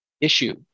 issue